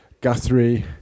Guthrie